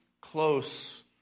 close